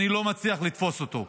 אני לא מצליח לתפוס אותו,